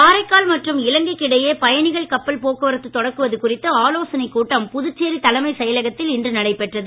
காரைக்கால் மற்றும் இலங்கைக்கு இடையே பயணிகள் கப்பல் போக்குவரத்து தொடக்குவது குறித்து ஆலோசனைக் கூட்டம் புதுச்சேரி தலைமை செயலகத்தில் இன்று நடைபெற்றது